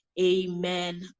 Amen